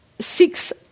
six